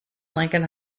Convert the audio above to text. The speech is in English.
lincoln